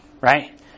right